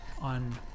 on